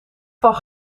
van